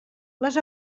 les